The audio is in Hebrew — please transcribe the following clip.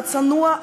הצנוע,